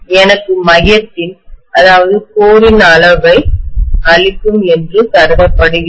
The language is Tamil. எனக்கு மையத்தின் கோரின் அளவை அளிக்கும் என்று கருதப்படுகிறது